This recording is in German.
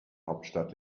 hauptstadt